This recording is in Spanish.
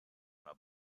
las